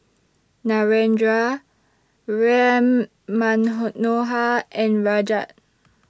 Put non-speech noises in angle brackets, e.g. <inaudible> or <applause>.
Narendra Ram <unintelligible> and Rajat